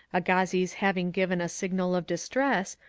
agassiz having given a signal of distress,